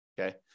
okay